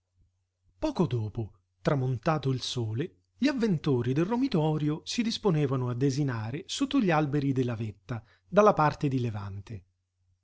poco dopo tramontato il sole gli avventori del romitorio si disponevano a desinare sotto gli alberi della vetta dalla parte di levante